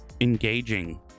engaging